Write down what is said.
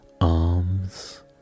arms